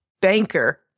banker